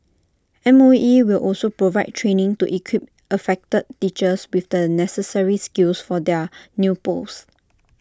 M O E will also provide training to equip affected teachers with the necessary skills for their new posts